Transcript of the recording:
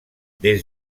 des